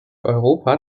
europa